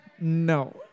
No